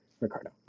Ricardo